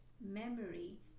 memory